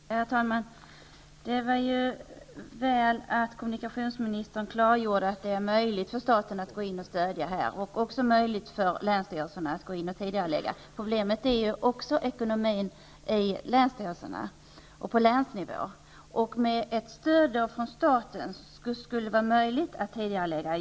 Herr talman! Det var ju väl att kommunikationsministern klargjorde att det är möjligt för staten att gå in med stöd till länsjärnvägar och att det även är möjligt för länsstyrelserna att göra en tidigareläggning. Problemet är ju även ekonomin i länsstyrelserna och på länsnivå. Med ett stöd från staten skulle det vara möjligt med en tidigareläggning.